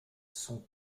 sont